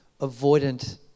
avoidant